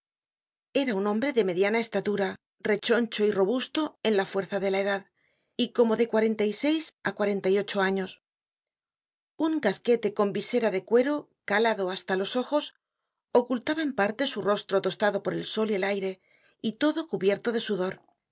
era un hombre de mediana estatura rechoncho y robusto en la fuerza de la edad y como de cuarenta y seis á cuarenta y ocho años un casquete con visera de cuero calado hasta los ojos ocultaba en parte su rostro tostado por el sol y el aire y todo cubierto de sudor